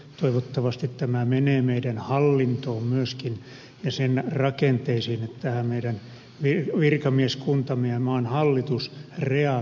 toivottavasti tämä menee meidän hallintoomme myöskin ja sen rakenteisiin että meidän virkamieskuntamme ja maan hallitus reagoivat